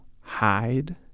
hide